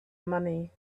money